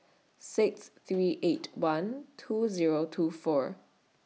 six three eight one two Zero two four